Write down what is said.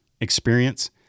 experience